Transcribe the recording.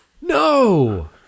no